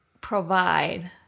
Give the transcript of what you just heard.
provide